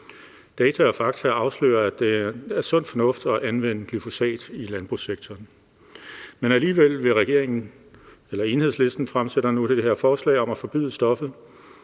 Data og fakta har afsløret, at det er sund fornuft at anvende glyfosat i landbrugssektoren. Men alligevel fremsætter Enhedslisten nu det her forslag om at forbyde stoffet,